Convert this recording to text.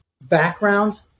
background